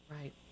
Right